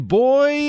boy